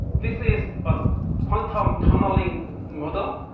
this is a quantum tunneling model.